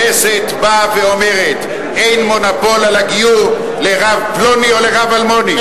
הכנסת באה ואומרת: אין מונופול על הגיור לרב פלוני או לרב אלמוני.